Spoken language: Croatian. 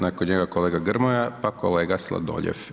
Nakon njega kolega Grmoja, pa kolega Sladoljev.